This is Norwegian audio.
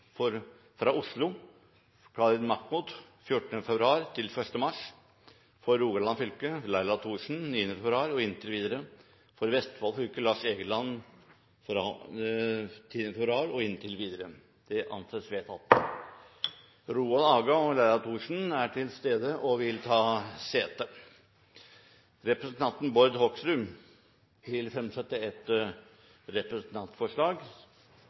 Oslo: Khalid Mahmood 14. februar til 1. mars – For Rogaland fylke: Laila Thorsen 9. februar og inntil videre – For Vestfold fylke: Lars Egeland 10. februar og inntil videre. Roald Aga Haug og Laila Thorsen er til stede og vil ta sete. Representanten Bård Hoksrud vil fremsette et representantforslag.